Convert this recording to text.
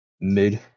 Mid